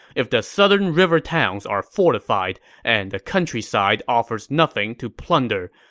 if the southern river towns are fortified and the countryside offers nothing to plunder,